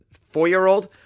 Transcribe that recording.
Four-year-old